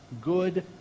good